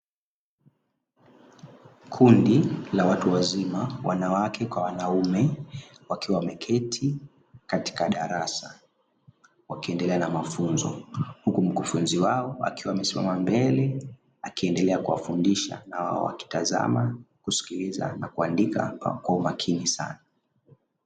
Kundi la watu wazima wanawake kwa wanaume wakiwa wameketi katika darasa, wakiendelea na mafunzo. Huku mfukufunzi wao akiwa amesimama mbele akiendelea kuwafundisha na wao wakitazama, kusikiliza na kuandika kwa umakini sana.